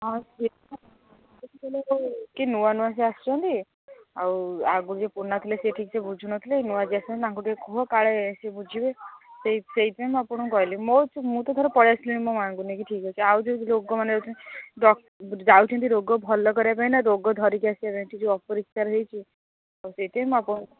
ହଁ କି ନୂଆ ନୂଆ ସେ ଆସୁଛନ୍ତି ଆଉ ଆଗରୁ ଯିଏ ପୁରୁଣା ଥିଲେ ସେ ଠିକ୍ ସେ ବୁଝୁନଥିଲେ ନୂଆ ଯିଏ ଆସୁଛନ୍ତି ତାଙ୍କୁ ଟିକେ କୁହ କାଳେ ସିଏ ବୁଝିବେ ସେଇ ସେଇଥିପାଇଁ ମୁଁ ଆପଣଙ୍କୁ କହିଲି ମୋ ମୁଁ ତ ଥରେ ପଳେଇ ଆସିଲିଣି ମୋ ମା'ଙ୍କୁ ନେଇକି ଠିକ୍ ଅଛି ଆଉ ଯେଉଁ ରୋଗୀମାନେ ଯାଉଛନ୍ତି ଯାଉଛନ୍ତି ରୋଗ ଭଲ କରିବା ପାଇଁ ନା ରୋଗ ଧରିକି ଆସିବା ପାଇଁ ସେ ଯେଉଁ ଅପରିିଷ୍କାର ହେଇଛି ସେଇଥିପାଇଁ ମୁଁ ଆପଣଙ୍କୁ